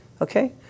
okay